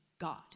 God